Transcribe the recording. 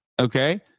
okay